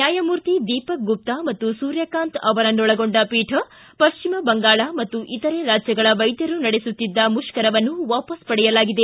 ನ್ಯಾಯಮೂರ್ತಿ ದೀಪಕ್ ಗುಪ್ತಾ ಮತ್ತು ಸೂರ್ಯಕಾಂತ್ ಅವರನ್ನೊಳಗೊಂಡ ಪೀಠ ಪಶ್ಚಿಮಬಂಗಾಳ ಮತ್ತು ಇತರೆ ರಾಜ್ಯಗಳ ವೈದ್ಯರು ನಡೆಸುತ್ತಿದ್ದ ಮುಷ್ಕರವನ್ನು ವಾಪಸ್ ಪಡೆಯಲಾಗಿದೆ